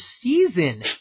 season